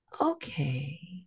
Okay